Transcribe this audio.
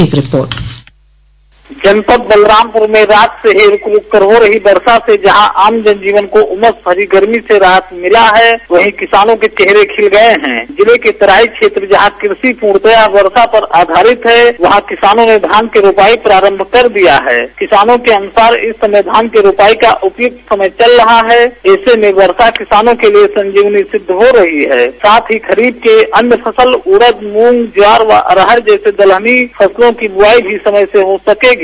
एक रिपोर्ट जनपद बलरामपुर में रात से ही रुक रुक कर हो रही बरसात से जहां आम जनजीवन को उमस भरी गर्मी से राहत मिला है वही किसानों के चेहरे खिल गए हैं जिले के तराई क्षेत्र जहां कृषि पूर्णतया वर्षा पर आधारित है वहां किसानों ने धान की रोपाई प्रारंभ कर दिया है किसानों के अनुसार इस समय धान की रोपाई का उपयुक्त समय चल रहा है ऐसे में वर्षा किसानों के लिए संजीवनी सिद्ध हो रही है साथ ही खरीद के अन्य फसल उड़द मूंग जवाहर जसे दलहनी फसलों की बुआई भी समय से हो सकेगी